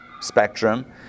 spectrum